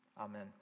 Amen